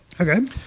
Okay